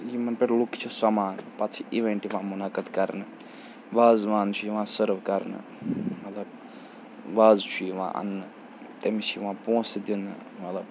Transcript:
یِمَن پٮ۪ٹھ لُکھ چھِ سۄمان پَتہٕ چھِ اِوٮ۪نٛٹ یِوان مُنعقد کَرنہٕ وازوان چھِ یِوان سٔرٕو کَرنہٕ مطلب وازٕ چھُ یِوان اَننہٕ تٔمِس چھِ یِوان پونٛسہٕ دِنہٕ مطلب